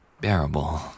bearable